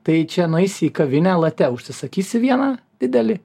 tai čia nueisi į kavinę late užsisakysi vieną didelį